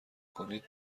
کنید